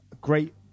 great